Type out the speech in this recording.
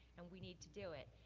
and we need to do it.